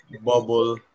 bubble